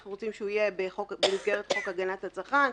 אנחנו רוצים שיהיה במסגרת חוק הגנת הצרכן.